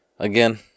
Again